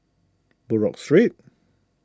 Buroh Street